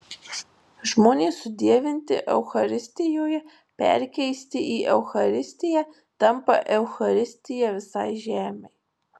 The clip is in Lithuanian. žmonės sudievinti eucharistijoje perkeisti į eucharistiją tampa eucharistija visai žemei